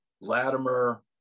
Latimer